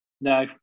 No